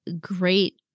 great